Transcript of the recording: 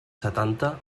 setanta